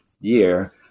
year